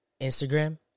Instagram